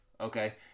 okay